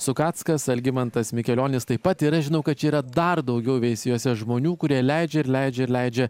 sukackas algimantas mikelionis taip pat ir aš žinau kad čia yra dar daugiau veisiejuose žmonių kurie leidžia ir leidžia ir leidžia